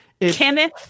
Kenneth